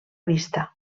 vista